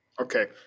Okay